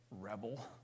rebel